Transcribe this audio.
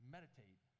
Meditate